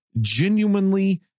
genuinely